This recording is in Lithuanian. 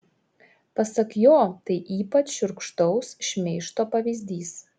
pasak jo tai ypač šiurkštaus šmeižto pavyzdys